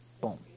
boom